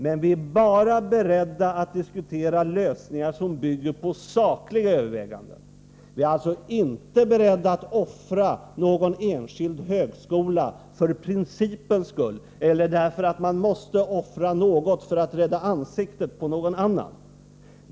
Men vi är bara beredda att diskutera lösningar som bygger på sakliga överväganden. Vi är alltså inte beredda att offra någon enskild högskola för principens skull eller för att man måste offra något för att rädda ansiktet på någon annan.